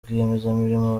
rwiyemezamirimo